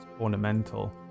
ornamental